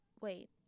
Wait